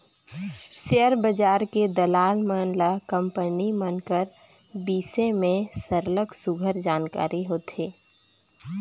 share बजार के दलाल मन ल कंपनी मन कर बिसे में सरलग सुग्घर जानकारी होथे